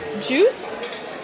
juice